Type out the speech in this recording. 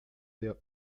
der